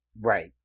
Right